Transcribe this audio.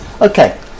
Okay